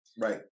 Right